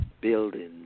Building